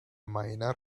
miner